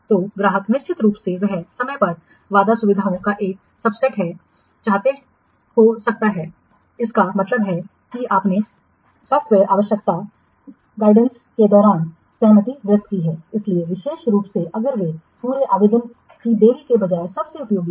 तो ग्राहक निश्चित रूप से वह समय पर वादा सुविधाओं का एक सबसेट है चाहते हो सकता हैइसका मतलब है कि आपने सॉफ़्टवेयर आवश्यकता विनिर्देश के दौरान सहमति व्यक्त की है इसलिए विशेष रूप से अगर वे पूरे आवेदन की देरी के बजाय सबसे उपयोगी हैं